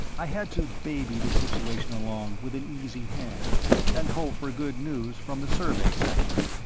i had to baby the situation along with an easy hand and hope for good news from the survey section.